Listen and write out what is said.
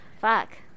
Fuck